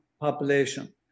population